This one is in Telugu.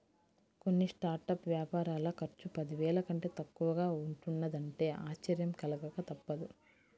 కొన్ని స్టార్టప్ వ్యాపారాల ఖర్చు పదివేల కంటే తక్కువగా ఉంటున్నదంటే ఆశ్చర్యం కలగక తప్పదు